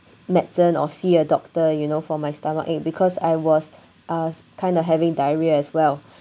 medicine or see a doctor you know for my stomachache because I was uh kind of having diarrhoea as well